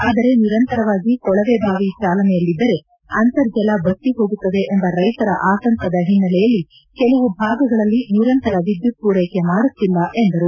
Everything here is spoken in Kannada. ಆದರೆ ನಿರಂತರವಾಗಿ ಕೊಳವೆ ಬಾವಿ ಚಾಲನೆಯಲ್ಲಿದ್ದರೆ ಅಂತರ್ಜಲ ಬತ್ತಿ ಹೋಗುತ್ತದೆ ಎಂಬ ರೈತರ ಆತಂಕದ ಹಿನ್ನೆಲೆಯಲ್ಲಿ ಕೆಲವು ಭಾಗಗಳಲ್ಲಿ ನಿರಂತರ ವಿದ್ಯುತ್ ಪೂರೈಕೆ ಮಾಡುತ್ತಿಲ್ಲ ಎಂದರು